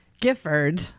Gifford